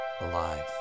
alive